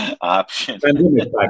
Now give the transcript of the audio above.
option